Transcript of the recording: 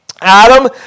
Adam